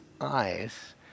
eyes